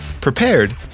prepared